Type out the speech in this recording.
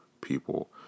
people